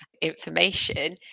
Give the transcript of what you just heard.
information